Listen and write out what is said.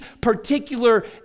particular